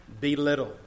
belittle